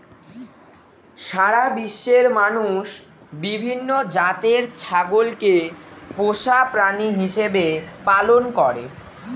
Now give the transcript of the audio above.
সারা বিশ্বের মানুষ বিভিন্ন জাতের ছাগলকে পোষা প্রাণী হিসেবে পালন করে